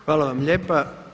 Hvala vam lijepa.